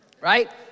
right